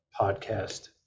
podcast